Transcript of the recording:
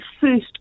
first